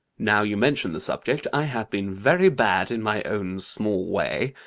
now you mention the subject, i have been very bad in my own small way.